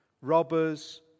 robbers